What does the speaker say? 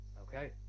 Okay